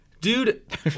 Dude